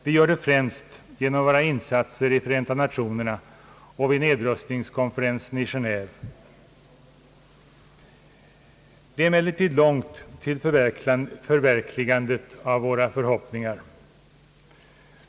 Vi gör det främst genom våra insatser i Förenta Nationerna och vid nedrustningskonferensen i Genéve. Det är emellertid långt till förverkligandet av våra förhoppningar.